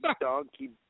donkey